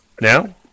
Now